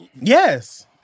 Yes